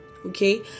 Okay